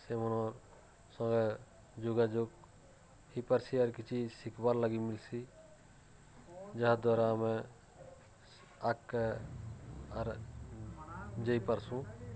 ସେମନର୍ ସଙ୍ଗେ ଯୋଗାଯୋଗ ହେଇପାର୍ସି ଆର୍ କିଛି ଶିଖିବାର୍ ଲାଗି ମିଲ୍ସି ଯାହାଦ୍ୱାରା ଆମେ ଆଗକେ ଆର୍ ଯେଇ ପାରସୁଁ